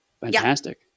fantastic